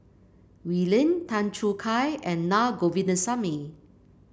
Wee Lin Tan Choo Kai and Naa Govindasamy